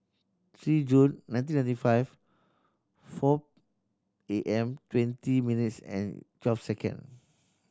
three June nineteen ninety five four A M twenty minutes and twelve second